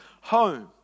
home